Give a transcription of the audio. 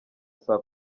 saa